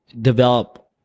develop